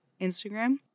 Instagram